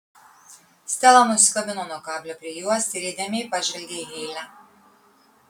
stela nusikabino nuo kablio prijuostę ir įdėmiai pažvelgė į heile